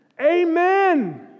Amen